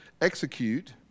execute